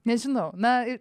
nežinau na